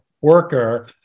worker